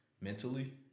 mentally